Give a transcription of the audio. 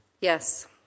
Yes